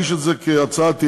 ברגע שתוגש הצעת אי-אמון,